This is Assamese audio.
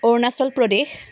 অৰুণাচল প্ৰদেশ